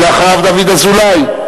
אחריו דוד אזולאי,